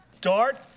Dart